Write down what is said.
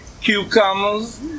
cucumbers